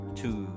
two